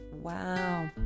Wow